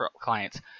clients